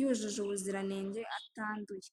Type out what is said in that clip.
yujuje ubuziranenge atanduye.